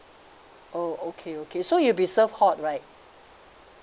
oh okay okay so it'll be served hot right